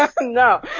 No